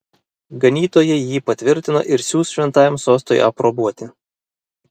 ganytojai jį patvirtino ir siųs šventajam sostui aprobuoti